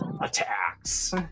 attacks